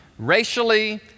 Racially